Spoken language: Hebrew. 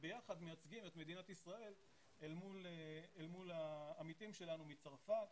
וביחד מייצגים את מדינת ישראל אל מול העמיתים שלנו בצרפת